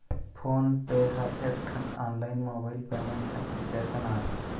phone पे ह एकठन online mobile payment application आय